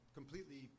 completely